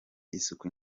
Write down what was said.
isuku